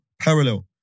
parallel